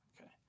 Okay